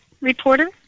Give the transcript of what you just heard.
reporter